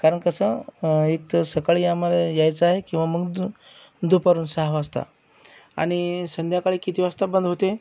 कारण कसं एक तर सकाळी आम्हाला यायचं आहे किंवा मग दु दुपारून सहा वाजता आणि संध्याकाळी किती वाजता बंद होते